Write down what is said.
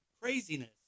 craziness